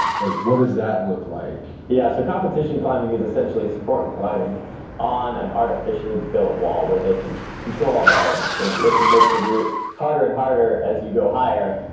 like what does that look like? yeah so competition climbing is essentially sport climbing on an artificially built wall where they can control all the elements, they they can make the route harder and harder as you go higher.